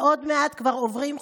ועוד מעט כבר עוברים חודשיים.